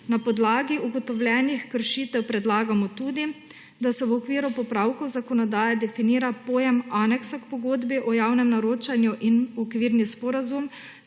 Na podlagi ugotovljenih kršitev predlagamo tudi, da se v okviru popravkov zakonodaje definira pojem aneksa k pogodbi o javnem naročanju in okvirni sporazum